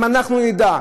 אם אנחנו נדע,